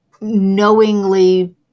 knowingly